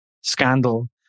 scandal